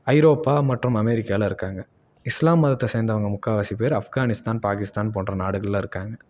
ஐரோப்பா மற்றும் அமெரிக்காவில் இருக்காங்க இஸ்லாம் மதத்தை சேர்ந்தவுங்க முக்கால்வாசி பேர் அஃப்கானிஸ்தான் பாகிஸ்தான் போன்ற நாடுகளில் இருக்காங்க